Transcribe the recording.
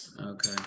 okay